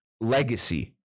legacy